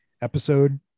episode